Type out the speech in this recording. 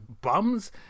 bums